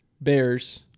Bears